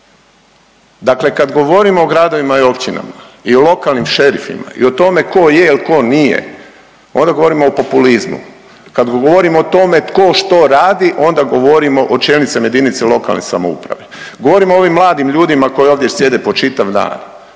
Dakle, kad govorimo o gradovima i općinama i lokalnim šerifima i o tome tko je ili tko nije, onda govorimo o populizmu. Kad govorimo o tome tko što radi onda govorimo o čelnicima jedinice lokalne samouprave. Govorim o ovim mladim ljudima koji ovdje sjede po čitav dan